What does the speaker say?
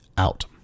out